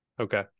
Okay